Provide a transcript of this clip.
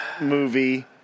movie